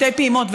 שתי פעימות,